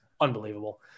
unbelievable